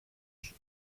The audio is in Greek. σου